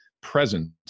present